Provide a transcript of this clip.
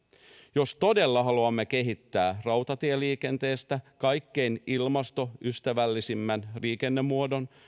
jos todella haluamme kehittää rautatieliikenteestä kaikkein ilmastoystävällisimmän liikennemuodon